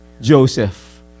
Joseph